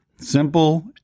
simple